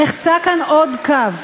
נחצה כאן עוד קו.